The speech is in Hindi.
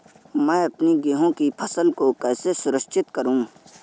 मैं अपनी गेहूँ की फसल को कैसे सुरक्षित करूँ?